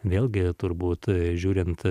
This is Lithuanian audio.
vėlgi turbūt žiūrint